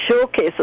showcases